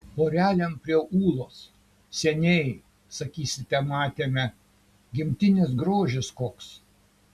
porelėm prie ūlos seniai sakysite matėme gimtinės grožis koks